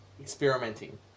Experimenting